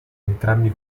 entrambi